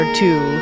two